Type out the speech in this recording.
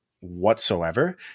whatsoever